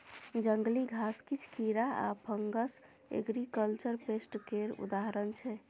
जंगली घास, किछ कीरा आ फंगस एग्रीकल्चर पेस्ट केर उदाहरण छै